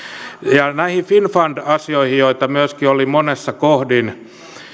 ja näihin finnfund asioihin joita myöskin oli monessa kohdin